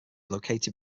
located